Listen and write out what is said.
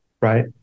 Right